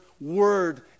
word